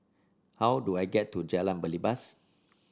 how do I get to Jalan Belibas